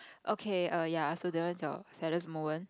okay err ya so that one's your saddest moment